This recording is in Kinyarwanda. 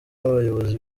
abayobozi